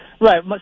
Right